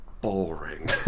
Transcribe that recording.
boring